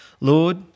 Lord